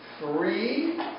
three